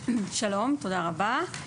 (הצגת מצגת) שלום, תודה רבה.